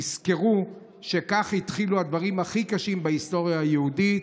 תזכרו שכך התחילו הדברים הכי קשים בהיסטוריה היהודית,